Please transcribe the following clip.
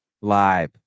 live